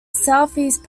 southeast